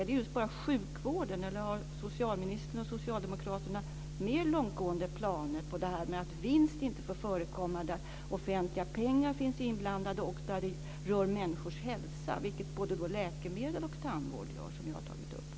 Handlar det bara om sjukvården? Eller har socialministern och socialdemokraterna mer långtgående planer när det gäller att vinstintresse inte får förekomma när offentliga pengar är inblandade och det rör människors hälsa, vilket både läkemedel och tandvård gör, som jag har tagit upp?